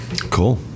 Cool